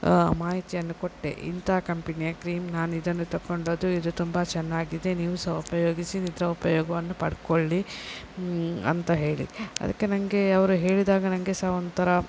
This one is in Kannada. ಮಾಹಿತಿಯನ್ನು ಕೊಟ್ಟೆ ಇಂಥ ಕಂಪಿನಿಯ ಕ್ರೀಮ್ ನಾನು ಇದನ್ನು ತಗೊಂಡದ್ದು ಇದು ತುಂಬ ಚೆನ್ನಾಗಿದೆ ನೀವು ಸಹ ಉಪಯೋಗಿಸಿ ಇದರ ಉಪಯೋಗವನ್ನು ಪಡ್ಕೊಳ್ಳಿ ಅಂತ ಹೇಳಿ ಅದಕ್ಕೆ ನನಗೆ ಅವರು ಹೇಳಿದಾಗ ನನಗೆ ಸಹ ಒಂಥರ